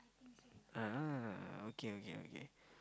ah okay okay okay